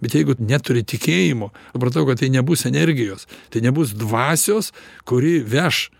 bet jeigu neturi tikėjimo supratau kad tai nebus energijos tai nebus dvasios kuri veš